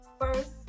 first